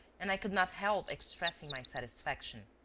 and i could not help expressing my satisfaction.